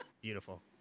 Beautiful